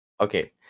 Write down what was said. Okay